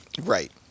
Right